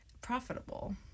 profitable